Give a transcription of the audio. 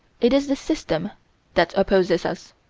it is the system that opposes us.